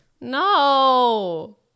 No